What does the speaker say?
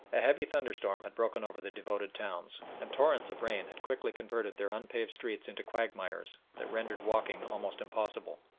a heavy thunderstorm had broken over the devoted towns, and torrents of rain had quickly converted their unpaved streets into quagmires, that rendered walking almost impossible.